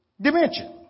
dimension